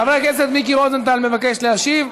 חבר הכנסת מיקי רוזנטל מבקש להשיב,